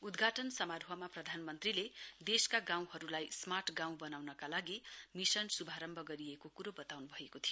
उद्घाटन समारोहमा प्रधानमन्त्रीले देशका गाउँहरूलाई स्मार्ट् गाउँ बनाउनका लागि मिशन श्भारम्भ गरिएको क्रो बताउन् भएको थियो